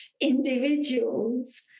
individuals